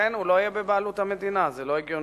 לכן הוא לא יהיה בבעלות המדינה, זה לא הגיוני.